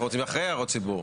אנחנו רוצים אחרי הערות ציבור,